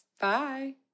Bye